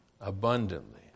abundantly